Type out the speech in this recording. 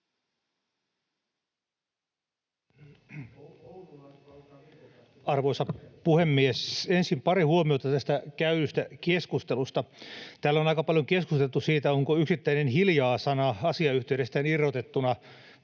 Arvoisa puhemies! Ensin pari huomiota tästä käydystä keskustelusta. Täällä on aika paljon keskusteltu siitä, onko yksittäinen hiljaa-sana asiayhteydestään irrotettuna